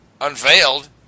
unveiled